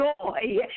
joy